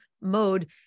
mode